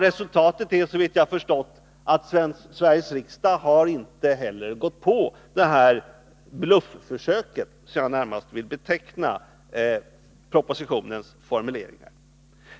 Resultatet är, såvitt jag har förstått, att Sveriges riksdag inte heller har gått på detta blufförsök — så vill jag närmast beteckna propositionens formuleringar.